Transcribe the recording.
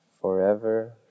forever